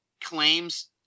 claims